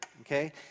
Okay